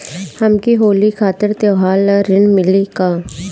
हमके होली खातिर त्योहार ला ऋण मिली का?